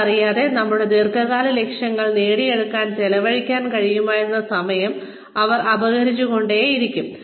അതറിയാതെ നമ്മുടെ ദീർഘകാല ലക്ഷ്യങ്ങൾ നേടിയെടുക്കാൻ ചെലവഴിക്കാൻ കഴിയുമായിരുന്ന സമയം അവർ അപഹരിച്ചുകൊണ്ടേയിരിക്കും